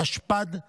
התשפ"ד 2023,